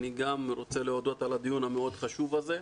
אני גם רוצה להודות על הדיון המאוד חשוב הזה.